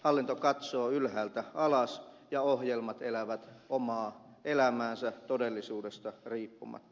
hallinto katsoo ylhäältä alas ja ohjelmat elävät omaa elämäänsä todellisuudesta riippumatta